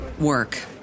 work